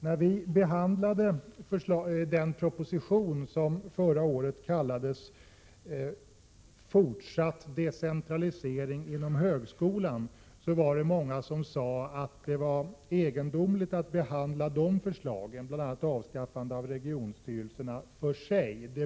När vi förra året behandlade den proposition som kallades Fortsatt decentralisering inom högskolan, sade många att det var egendomligt att ta upp bl.a. förslaget om avskaffande av regionstyrelserna för sig.